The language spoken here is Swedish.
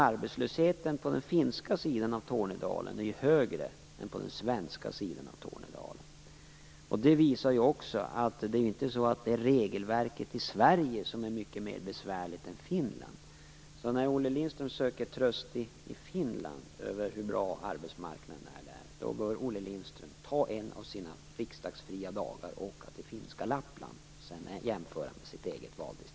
Arbetslösheten där är högre än på den svenska sidan. Det visar också att regelverket i Sverige inte är mer besvärligt än i Finland. Så när Olle Lindström söker tröst i hur bra arbetsmarknaden är i Finland, bör han ta en av sina riksdagsfria dagar och åka till finska Lappland och sedan jämföra med sitt eget valdistrikt.